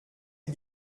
ils